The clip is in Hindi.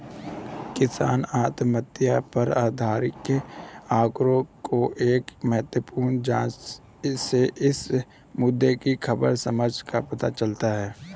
किसान आत्महत्याओं पर आधिकारिक आंकड़ों की एक महत्वपूर्ण जांच से इस मुद्दे की खराब समझ का पता चलता है